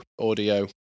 Audio